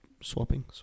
swapping